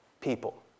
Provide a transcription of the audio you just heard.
people